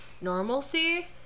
normalcy